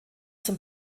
zum